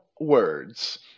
words